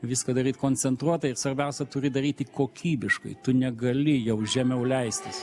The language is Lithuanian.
viską daryt koncentruotai ir svarbiausia turi daryti kokybiškai tu negali jau žemiau leistis